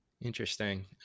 Interesting